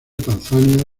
tanzania